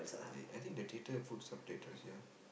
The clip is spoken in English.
I I think the theater puts up that ah